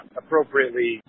appropriately